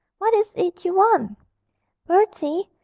what is it you want bertie,